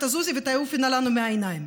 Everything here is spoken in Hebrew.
והעיקר שרק תזוזי ותעופי לנו מהעיניים.